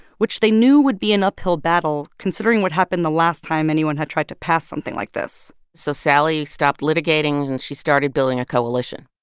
which they knew would be an uphill battle considering what happened the last time anyone had tried to pass something like this so sally stopped litigating, and she started building a coalition.